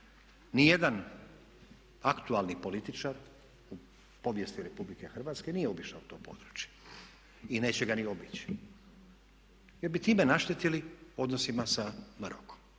nijedan aktualni političar u povijesti Republike Hrvatske nije obišao to područje i neće ga ni obići. Jer bi time naštetili odnosima sa Marokom.